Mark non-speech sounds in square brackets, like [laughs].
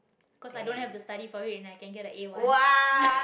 'cause i don't have to study for it and i can get a a-one [laughs]